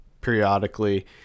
periodically